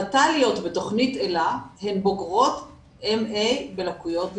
המת"ליות בתכנית אלה הן בוגרות MA בלקויות למידה,